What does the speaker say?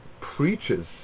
preaches